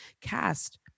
cast